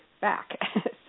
back